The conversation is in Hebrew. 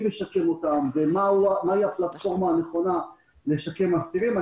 משקם אותם ומהי הפלטפורמה הנכונה לשקם אסירים.